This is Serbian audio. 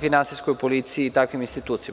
finansijskoj policiji i takvim institucijama.